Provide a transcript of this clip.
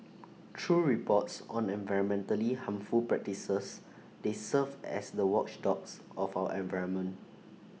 through reports on environmentally harmful practices they serve as the watchdogs of our environment